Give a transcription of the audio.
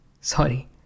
Sorry